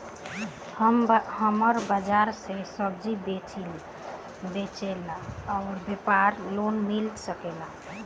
हमर बाजार मे सब्जी बेचिला और व्यापार लोन मिल सकेला?